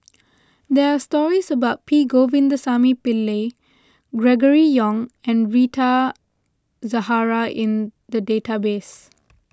there are stories about P Govindasamy Pillai Gregory Yong and Rita Zahara in the database